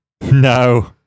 no